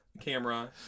camera